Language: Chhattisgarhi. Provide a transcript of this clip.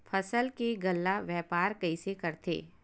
फसल के गल्ला व्यापार कइसे करथे?